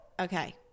Okay